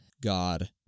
God